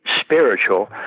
spiritual